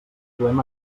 trobem